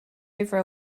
over